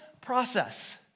process